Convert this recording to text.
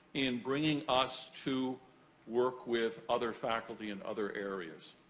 in bringing us to work with other faculty in other areas.